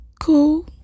cool